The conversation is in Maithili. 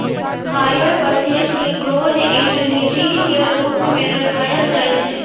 हायर पर्चेज केँ क्लोज इण्ड लीजिंग केर रूप मे देखाएल जाइ छै